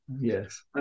yes